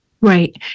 Right